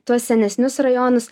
tuos senesnius rajonus